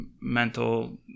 mental